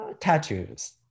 Tattoos